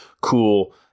cool